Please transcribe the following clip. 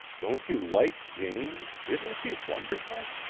don't you like jane? isn't she wonderful?